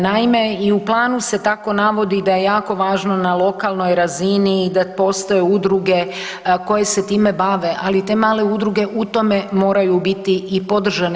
Naime, i u planu se tako navodi da je jako važno na lokalnoj razini i da postoje udruge koje se time bave, ali te male udruge u tome moraju biti i podržane.